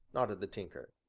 nodded the tinker.